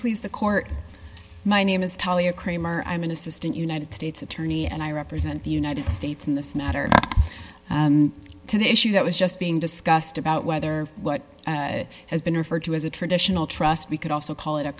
please the court my name is tallia kramer i'm an assistant united states attorney and i represent the united states in this matter and to the issue that was just being discussed about whether what has been referred to as a traditional trust we could also call it a